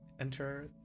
enter